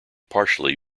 partially